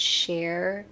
share